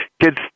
Kid's